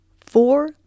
four